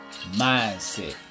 mindset